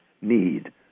need